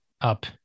up